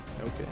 Okay